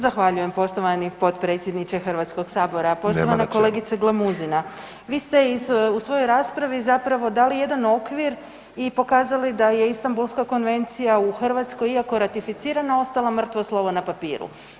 Zahvaljujem poštovani potpredsjedniče HS-a, poštovana [[Upadica: Nema na čemu.]] kolegice Glamuzina, vi ste iz, u svojoj raspravi zapravo dali jedan okvir i pokazali da je Istambulska konvencija u Hrvatskoj, iako ratificirana, ostala mrtvo slovo na papiru.